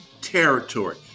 territory